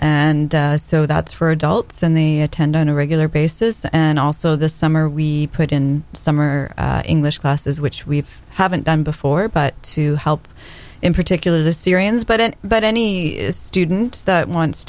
and so that's for adults and they attend on a regular basis and also the summer we put in summer english classes which we haven't done before but to help in particular the syrians but it but any student that wants